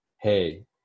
Hey